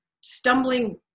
stumbling